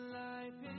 life